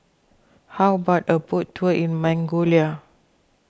how about a boat tour in Mongolia